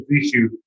issue